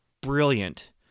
brilliant